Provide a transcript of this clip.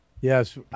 Yes